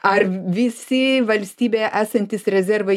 ar visi valstybėje esantys rezervai